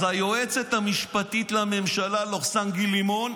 אז היועצת המשפטית לממשלה וגיל לימון,